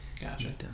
Gotcha